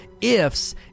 ifs